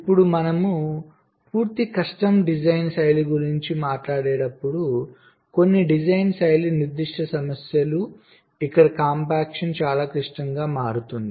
ఇప్పుడు మనం పూర్తి కస్టమ్ డిజైన్ శైలి గురించి మాట్లాడేటప్పుడు కొన్ని డిజైన్ల శైలి నిర్దిష్ట సమస్యలు ఇక్కడే కాంపాక్షన్ చాలా క్లిష్టంగా మారుతుంది